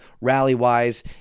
rally-wise